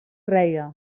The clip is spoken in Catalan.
reia